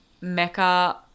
Mecca